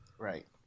Right